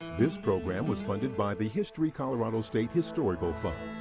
this program was funded by the history colorado state historical fund.